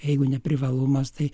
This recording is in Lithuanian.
jeigu ne privalumas tai